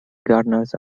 gardeners